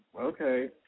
okay